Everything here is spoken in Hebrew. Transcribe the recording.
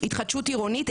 התחדשות עירונית,